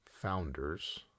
Founders